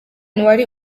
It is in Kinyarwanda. wari